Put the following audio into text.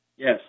Yes